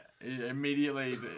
immediately